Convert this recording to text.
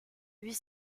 huit